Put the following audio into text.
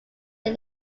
had